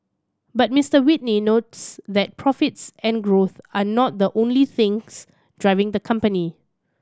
but Mister Whitney notes that profits and growth are not the only things driving the company